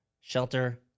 shelter